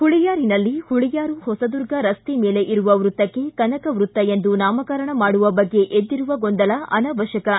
ಹುಳಿಯಾರಿನಲ್ಲಿ ಹುಳಿಯಾರು ಹೊಸದುರ್ಗ ರಸ್ತೆ ಮೇಲೆ ಇರುವ ವೃತ್ತಕ್ಷೆ ಕನಕ ವೃತ್ತ ಎಂದು ನಾಮಕರಣ ಮಾಡುವ ಬಗ್ಗೆ ಎದ್ದಿರುವ ಗೊಂದಲ ಅನಾವಶ್ಯಕವಾಗಿದೆ